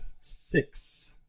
six